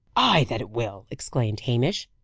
ay, that it will! exclaimed hamish.